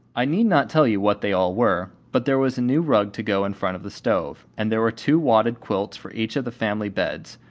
i need not tell you what they all were, but there was a new rug to go in front of the stove, and there were two wadded quilts for each of the family beds,